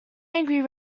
angry